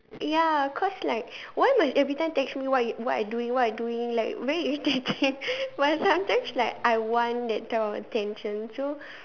ya cause like why must every time text me what you what I doing what I doing like very irritating but sometimes like I want that type of attention so